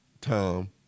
Tom